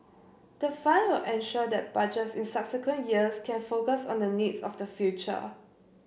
the fund will ensure that Budgets in subsequent years can focus on the needs of the future